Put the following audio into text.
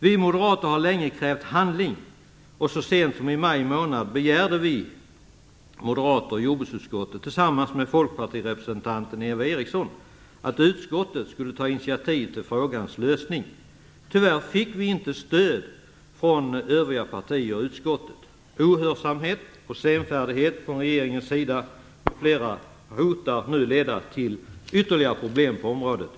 Vi moderater har länge krävt handling, och så sent som i maj begärde vi moderater i jordbruksutskottet tillsammans med Folkpartiets representant Eva Eriksson att utskottet skulle ta initiativ till frågans lösning. Tyvärr fick vi inte stöd från övriga partier i utskottet. Ohörsamhet och senfärdighet från regeringens sida hotar nu att leda till ytterligare problem på området.